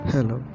Hello